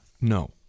No